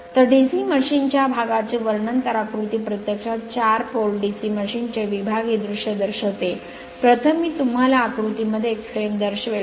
तर DC machine च्या भागाचे वर्णन तर आकृती प्रत्यक्षात चार pole DC मशीन चे विभागीय दृश्य दर्शविते प्रथम मी तुम्हाला आकृतीमध्ये एक फ्रेम दर्शवेल